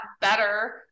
better